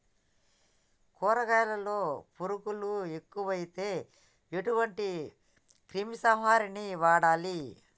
కూరగాయలలో పురుగులు ఎక్కువైతే ఎటువంటి క్రిమి సంహారిణి వాడాలి?